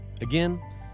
Again